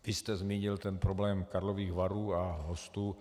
Vy jste zmínil problém Karlových Varů a hostů.